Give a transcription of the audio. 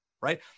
right